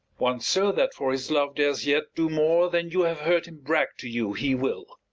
one, sir, that for his love dares yet do more than you have heard him brag to you he will.